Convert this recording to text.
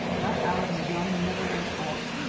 that arab's gun never went off.